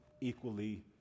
equally